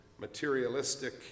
materialistic